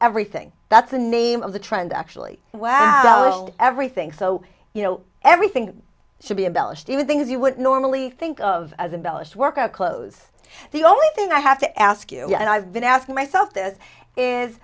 everything that's the name of the trend actually wow everything so you know everything should be embellished with things you would normally think of as embellished workout clothes the only thing i have to ask you and i've been asking myself this is